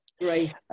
Great